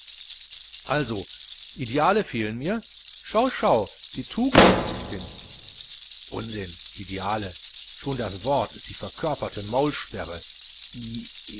also ideale fehlen mir schau schau wie tugendhaft ich bin unsinn ideale schon das wort ist die verkörperte